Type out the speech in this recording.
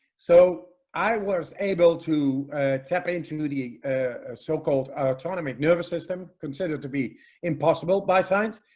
so i was able to tap ah into the so called autonomic nervous system considered to be impossible by science,